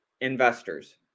Investors